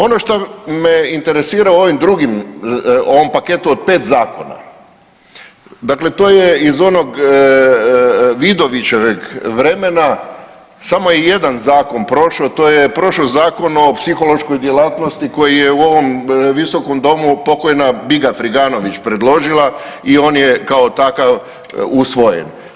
Ono šta me interesira u ovim drugim, ovom paketu od 5 zakona, dakle to je iz onog Vidovićeveg vremena, samo je jedan zakon prošao, to je prošao Zakon o psihološkoj djelatnosti koji je u ovom Visokom domu pokojna Biga Friganović predložila i on je kao takav usvojen.